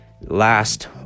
last